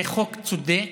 זה חוק צודק,